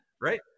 Right